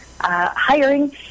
hiring